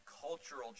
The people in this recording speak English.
cultural